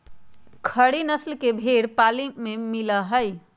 खेरी नस्ल के भेंड़ पाली में मिला हई